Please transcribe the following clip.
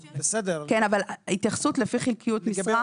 כן, אבל התייחסות לפי חלקיות משרה.